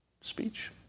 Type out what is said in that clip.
speech